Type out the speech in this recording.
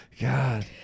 God